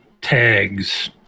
tags